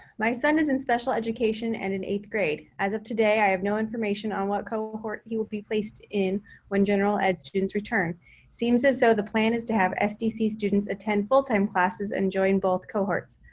my son is in special education and in eighth grade. as of today, i have no information on what cohort he will be placed in when general ed students return. it seems as though the plan is to have sdc students attend full time classes and join both cohorts.